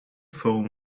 foam